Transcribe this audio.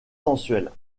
sensuelle